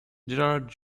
gerard